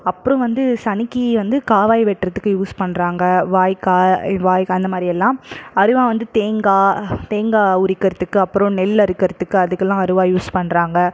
அப்புறோம் வந்து சனிக்கி வந்து கால்வாய் வெட்டுறத்துக்கு யூஸ் பண்ணுறாங்க வாய்க்கால் இ வாய்க்கால் அந்த மாதிரி எல்லாம் அருவாள் வந்து தேங்காய் தேங்காய் உரிக்கிறத்துக்கு அப்புறோம் நெல் அறுக்கிறத்துக்கு அதுக்கெல்லாம் அருவாள் யூஸ் பண்ணுறாங்க